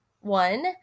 one